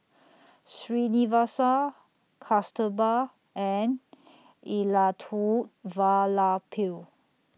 Srinivasa Kasturba and Elattuvalapil